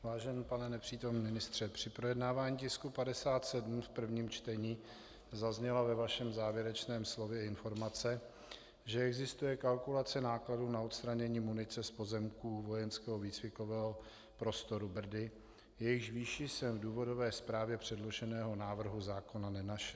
Vážený pane nepřítomný ministře, při projednávání tisku 57 v prvním čtení zazněla ve vašem závěrečném slově informace, že existuje kalkulace nákladů na odstranění munice z pozemků vojenského výcvikového prostoru Brdy, jejichž výši jsem v důvodové zprávě předloženého návrhu zákona nenašel.